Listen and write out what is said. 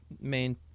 main